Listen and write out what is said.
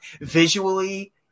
Visually